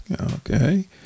okay